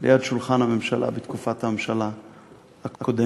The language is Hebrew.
ליד שולחן הממשלה בתקופת הממשלה הקודמת.